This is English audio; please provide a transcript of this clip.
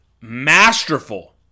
masterful